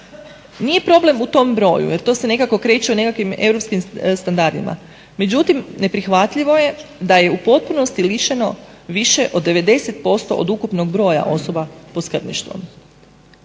Nije problem u tom broju jer to se nekako kreće u nekakvim europskim standardima, međutim neprihvatljivo je da je u potpunosti lišeno više od 90% od ukupnog broja osoba pod skrbništvom.